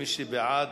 מי שבעד,